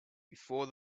before